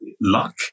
luck